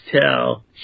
tell